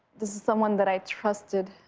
this is someone that i trusted,